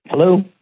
Hello